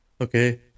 Okay